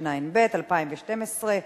התשע"ב 2012,